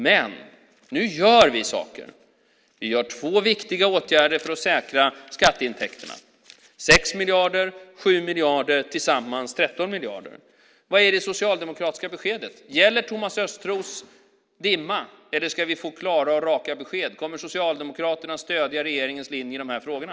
Men nu gör vi saker. Vi vidtar två viktiga åtgärder för att säkra skatteintäkterna. 6 miljarder och 7 miljarder, tillsammans blir det 13 miljarder. Vad är det socialdemokratiska beskedet? Gäller Thomas Östros dimma, eller ska vi få klara och raka besked? Kommer Socialdemokraterna att stödja regeringens linje i de här frågorna?